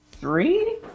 three